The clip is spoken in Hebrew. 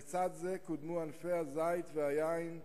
לצד זה קודמו ענפי הזית והיין,